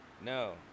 no